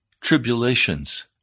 tribulations